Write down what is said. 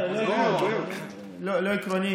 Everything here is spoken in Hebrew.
לא עקרוני,